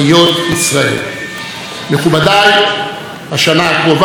השנה הקרובה תהא שנת בחירות ובמהלכה צפויים אזרחי